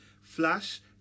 Flash